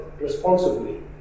responsibly